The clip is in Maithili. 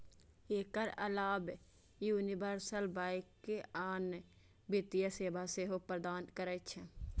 एकर अलाव यूनिवर्सल बैंक आन वित्तीय सेवा सेहो प्रदान करै छै